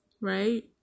Right